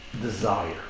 desire